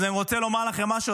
אז אני רוצה לומר לכם משהו,